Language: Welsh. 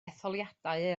etholiadau